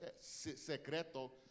secreto